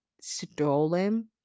stolen